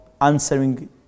answering